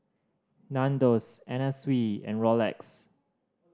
Nandos Anna Sui and Rolex